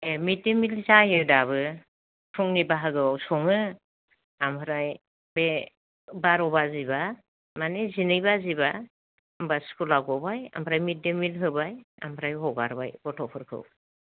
ए mid day meal जायो दाबो फुंनि बाहागोआव सङो ओमफ्राय बे बार' बाजिबा माने जिनै बाजिबा होमबा स्कुला गबाय ओमफ्राय मिड डे मिल होबाय ओमफ्राय हगारबाय गथ'फोरखौ